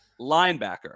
Linebacker